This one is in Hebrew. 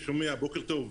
בוקר טוב.